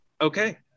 Okay